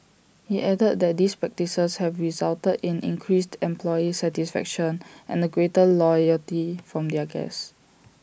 he added that these practices have resulted in increased employee satisfaction and A greater loyalty from their guests